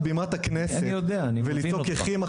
אני יודע אני מבין אותך.